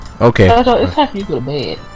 Okay